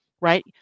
right